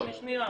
רק שנייה.